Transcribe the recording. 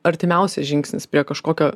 artimiausias žingsnis prie kažkokio